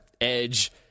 edge